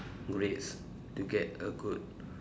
grades to get a good